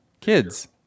kids